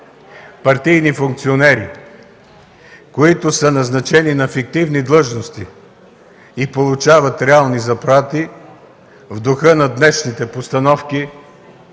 партийни функционери, които са назначени на фиктивни длъжности и получават реални заплати в духа на днешните постановки,